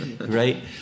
right